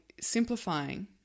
simplifying